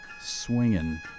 swinging